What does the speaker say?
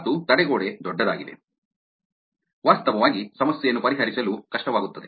ಮತ್ತು ತಡೆಗೋಡೆ ದೊಡ್ಡದಾಗಿದೆ ವಾಸ್ತವವಾಗಿ ಸಮಸ್ಯೆಯನ್ನು ಪರಿಹರಿಸಲು ಕಷ್ಟವಾಗುತ್ತದೆ